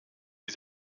wie